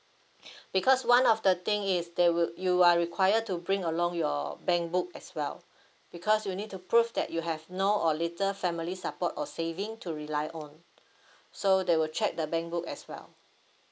because one of the thing is they will you are required to bring along your bank book as well because you need to prove that you have no or little family support or saving to rely on so they will check the bank book as well